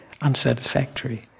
unsatisfactory